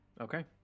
Okay